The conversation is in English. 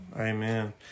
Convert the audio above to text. Amen